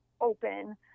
open